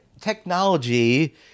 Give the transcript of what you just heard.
technology